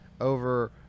over